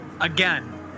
Again